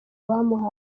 bamuhaye